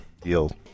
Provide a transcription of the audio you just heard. deal